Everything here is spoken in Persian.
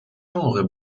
موقع